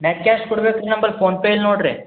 net cash ಕೊಡ್ಬೇಕು ನಮ್ಮಲ್ಲಿ PhonePe ಇಲ್ಲಿ ನೋಡ್ರಿ